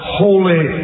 holy